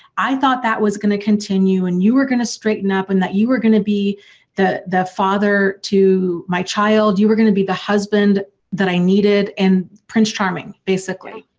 i thought that was gonna continue and you were gonna straighten up and that you were gonna be the the father to my child, you were gonna be the husband that i needed and prince charming, basically.